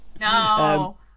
No